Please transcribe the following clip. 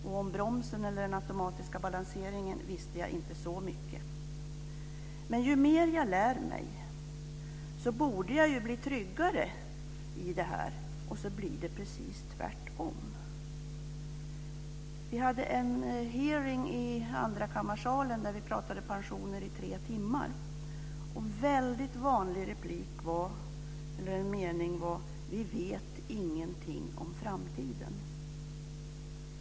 Om bromsen eller den automatiska balanseringen visste jag inte så mycket. Ju mer som jag lär mig härom desto tryggare borde jag bli - men så blir det precis tvärtom! Vi hade en hearing i andrakammarsalen där vi i tre timmar pratade om pensioner. En väldigt vanlig återkommande kommentar var att vi inte vet någonting om framtiden.